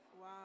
Wow